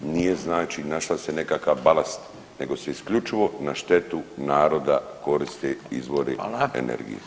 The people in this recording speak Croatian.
Nije znači našla se nekakav balast nego se isključivo na štetu naroda koriste izvori energije.